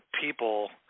people